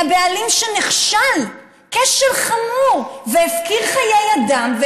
והבעלים נכשל כשל חמור והפקיר חיי אדם,